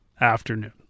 afternoon